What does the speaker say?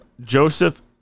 Joseph